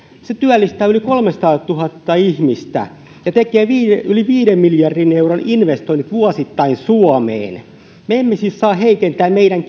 se työllistää yli kolmesataatuhatta ihmistä ja tekee yli viiden miljardin euron investoinnit vuosittain suomeen me emme siis saa heikentää meidän